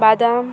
ବାଦାମ